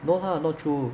no lah not true